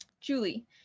Julie